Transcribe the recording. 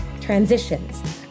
Transitions